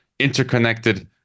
interconnected